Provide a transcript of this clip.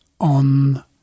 on